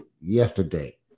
yesterday